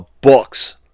books